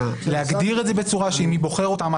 להגדיר את זה בצורה של מי בוחר אותם,